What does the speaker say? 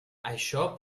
això